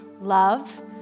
Love